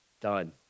done